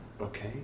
Okay